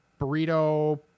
burrito